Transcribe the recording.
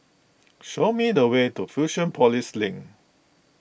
show me the way to Fusionopolis Link